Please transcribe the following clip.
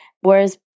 Whereas